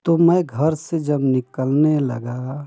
तो मैं घर से जब निकलने लगा